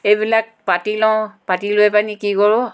এইবিলাক পাতি লওঁ পাতি লৈ পানি কি কৰোঁ